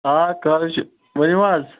آ خٲرٕے چھُ ؤنِو حظ